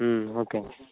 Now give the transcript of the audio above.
okay